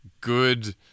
good